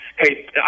hey